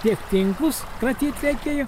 tiek tinklus kratyt reikėjo